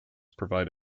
provide